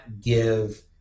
give